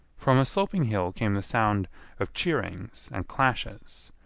from a sloping hill came the sound of cheerings and clashes.